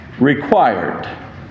required